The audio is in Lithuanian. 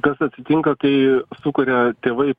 kas atsitinka kai sukuria tėvai